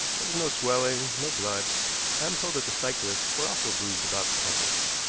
there was no swelling, no blood. i am told that the cyclists were also bruised about the temples.